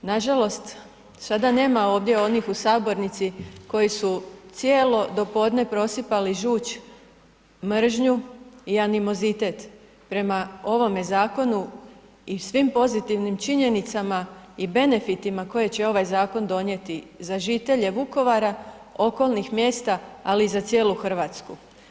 Nažalost, sada nema ovdje onih u sabornici koji su cijelo dopodne prosipali žuč, mržnju i animozitet prema ovome zakonu i svim pozitivnim činjenicama i benefitima koje će ovaj zakon donijeti za žitelje Vukovara, okolnih mjesta ali i za cijelu Hrvatsku.